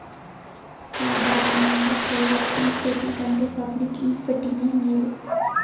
సాదారనంగా private equity కంటే public ఈక్విటీనే మేలు